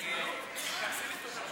ההצעה להעביר